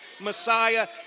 Messiah